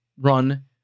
run